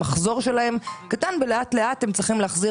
המחזור שלהם קטן ולאט לאט הם צריכים להחזיר